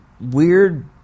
weird